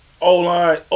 O-line